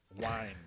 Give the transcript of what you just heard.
Wine